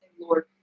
Lord